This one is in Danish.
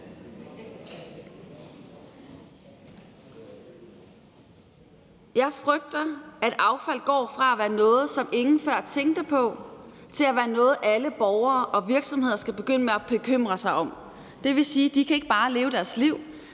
Jeg frygter, at affald går fra at være noget, som ingen før tænkte på, til at være noget, alle borgere og virksomheder skal begynde at bekymre sig om. Det vil sige, at de ikke bare kan leve deres liv;